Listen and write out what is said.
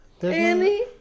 Annie